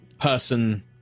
person